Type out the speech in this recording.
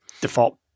default